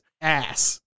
ass